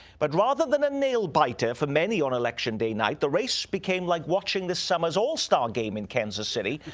but rather than a nail biter for many on election day night, the race became like watching this summer's all-star game in kansas city,